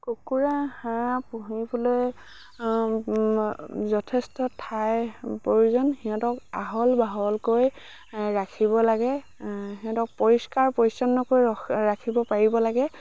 কুকুৰা হাঁহ পুহিবলৈ যথেষ্ট ঠাইৰ প্ৰয়োজন সিহঁতক আহল বহলকৈ ৰাখিব লাগে সিহঁতক পৰিষ্কাৰ পৰিচ্ছন্নকৈ ৰাখিব পাৰিব লাগে